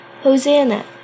Hosanna